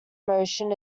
motion